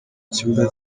ikibuga